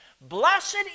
Blessed